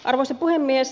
arvoisa puhemies